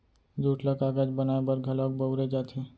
jute ल कागज बनाए बर घलौक बउरे जाथे